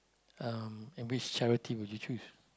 uh and which charity would you choose